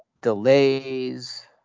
delays